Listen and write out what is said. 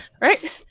Right